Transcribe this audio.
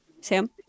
Sam